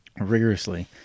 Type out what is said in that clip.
rigorously